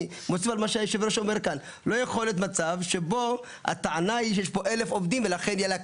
לא יכול להיות מצב שבו הטענה היא שיש פה 1,000 עובדים ולכן יהיה לה קשה.